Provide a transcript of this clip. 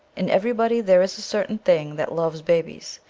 in everybody there is a certain thing that loves babies,